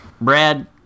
Brad